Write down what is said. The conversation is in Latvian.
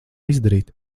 izdarīt